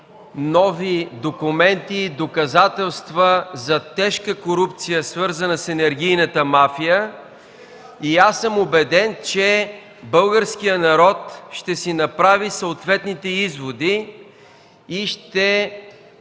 нови документи и доказателства за тежка корупция, свързана с енергийната мафия. Аз съм убеден, че българският народ ще си направи съответните изводи. Ще